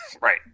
Right